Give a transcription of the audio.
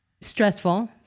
stressful